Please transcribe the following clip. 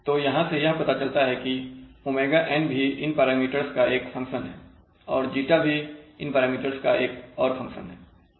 तो यहां से यह पता चलता है कि ωn भी इन पैरामीटर्स का एक फंक्शन है और ζ भी इन पैरामीटर्स का एक और फंक्शन है